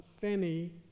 Fanny